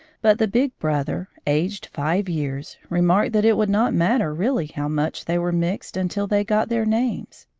but the big brother, aged five years, remarked that it would not matter really how much they were mixed until they got their names.